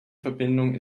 verbindung